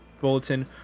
Bulletin